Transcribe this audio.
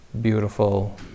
beautiful